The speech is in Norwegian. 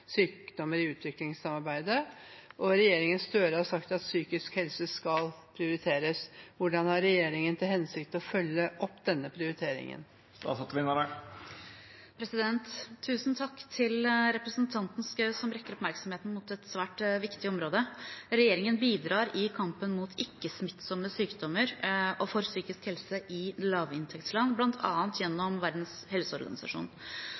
sykdommer i utviklingssamarbeidet. Regjeringen Støre har sagt at psykisk helse skal prioriteres. Hvordan har regjeringen til hensikt å følge opp denne prioriteringen?» Tusen takk til representanten Schou, som retter oppmerksomheten mot et svært viktig område. Regjeringen bidrar i kampen mot ikke-smittsomme sykdommer og for psykisk helse i lavinntektsland, bl.a. gjennom Verdens helseorganisasjon.